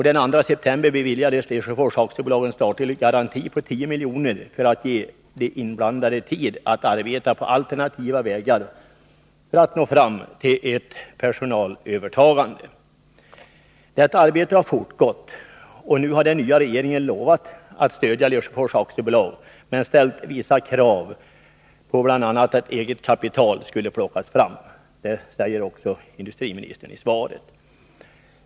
Den 2 september beviljades Lesjöfors AB en statlig garanti på 10 milj.kr. för att ge de inblandade tid att arbeta på alternativa vägar för att nå fram till ett personalövertagande. Detta arbete har fortgått, och nu har den nya regeringen lovat att stödja Lesjöfors AB, men ställt vissa krav, bl.a. att eget kapital skall plockas fram. Det säger också industriministern i svaret.